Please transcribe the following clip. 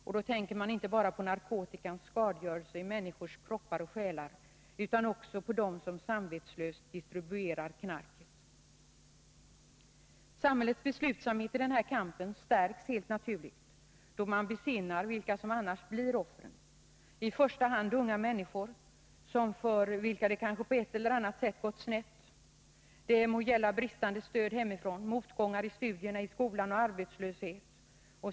Jag tänker då inte bara på narkotikans skadegörelse i människors kropp och själ, utan också på dem som samvetslöst distribuerar knarket. Samhällets beslutsamhet i denna kamp stärks helt naturligt då man besinnar vilka som annars blir offren — i första hand unga människor, för vilka det på ett eller annat sätt har gått snett. Det må gälla bristande stöd hemifrån, motgångar i studierna i skolan eller arbetslöshet.